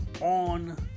on